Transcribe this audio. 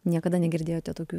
niekada negirdėjote tokių